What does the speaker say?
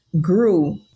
grew